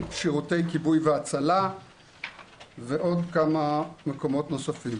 שירוי כיבוי והצלה ועוד כמה מקומות נוספים.